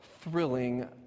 thrilling